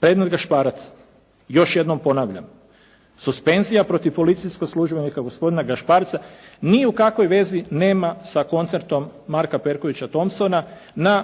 Predmet Gašparac. Još jednom ponavljam. Suspenzija protiv policijskog službenika gospodina Gašparca ni u kakvoj vezi nema sa koncertom Marka Perkovića Thomsona na